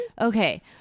okay